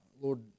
Lord